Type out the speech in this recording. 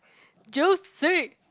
juicy